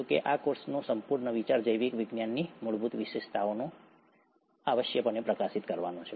જો કે આ કોર્સનો સંપૂર્ણ વિચાર જૈવિક જીવનની મૂળભૂત વિશેષતાઓને આવશ્યકપણે પ્રકાશિત કરવાનો છે